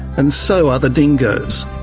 and so are the dingoes.